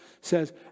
says